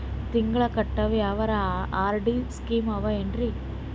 ತಿಂಗಳ ಕಟ್ಟವು ಯಾವರ ಆರ್.ಡಿ ಸ್ಕೀಮ ಆವ ಏನ್ರಿ?